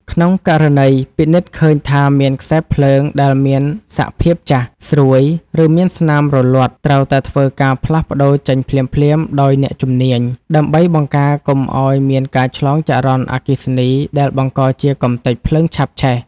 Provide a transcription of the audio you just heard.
ក្នុងករណីពិនិត្យឃើញថាមានខ្សែភ្លើងដែលមានសភាពចាស់ ស្រួយ ឬមានស្នាមរលាត់ ត្រូវតែធ្វើការផ្លាស់ប្ដូរចេញភ្លាមៗដោយអ្នកជំនាញ ដើម្បីបង្ការកុំឱ្យមានការឆ្លងចរន្តអគ្គិសនីដែលបង្កជាកម្ទេចភ្លើងឆាបឆេះ។